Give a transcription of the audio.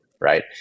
right